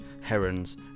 Herons